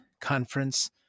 conference